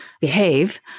behave